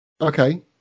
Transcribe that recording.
Okay